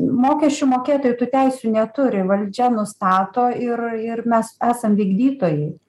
mokesčių mokėtojai tų teisių neturi valdžia nustato ir ir mes esam vykdytojai